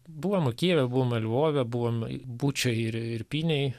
buvom ir kijeve buvom ir lvove buvom bučioj ir pynėj